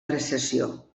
recessió